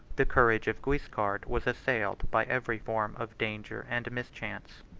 the courage of guiscard was assailed by every form of danger and mischance.